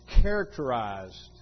characterized